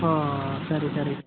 ಹಾಂ ಸರಿ ಸರಿ